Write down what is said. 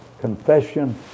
confession